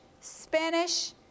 Spanish